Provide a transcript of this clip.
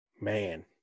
Man